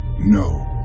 No